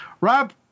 Rob